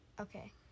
Okay